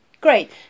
great